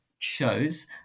Shows